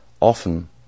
Often